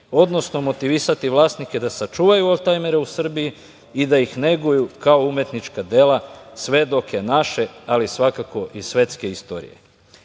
odnosno motivisati vlasnike da sačuvaju oldtajmere u Srbiji i da ih neguju kao umetnička dela sve dok je naše, ali svakako i svetske istorije. Da